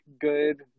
good